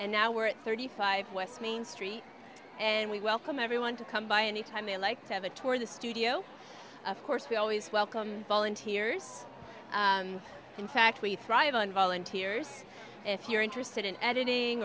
and now we're at thirty five west main street and we welcome everyone to come by any time they like to have a tour of the studio of course we always welcome volunteers in fact we thrive on volunteers if you're interested in editing